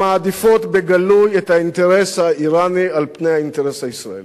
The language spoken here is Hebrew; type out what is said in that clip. המעדיפות בגלוי את האינטרס האירני על פני האינטרס הישראלי,